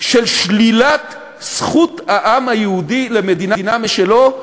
של שלילת זכות העם היהודי למדינה משלו,